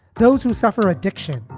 those who suffer addiction,